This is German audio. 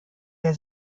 der